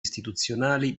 istituzionali